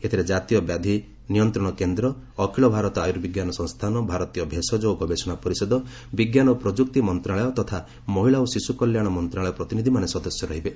ଏଥିରେ ଜାତୀୟ ବ୍ୟାଧୀ ନିୟନ୍ତ୍ରଣ କେନ୍ଦ୍ର ଅଖିଳ ଭାରତ ଆର୍ୟୁବିଜ୍ଞାନ ସଂସ୍ଥାନ ଭାରତୀୟ ଭେଷଜ ଓ ଗବେଷଣା ପରିଷଦ ବିଜ୍ଞାନ ଓ ପ୍ରଯୁକ୍ତି ମନ୍ତ୍ରଣାଳୟ ତଥା ମହିଳା ଓ ଶିଶୁ କଲ୍ୟାଣ ମନ୍ତ୍ରଣାଳୟ ପ୍ରତିନିଧିମାନେ ସଦସ୍ୟ ରହିବେ